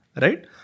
Right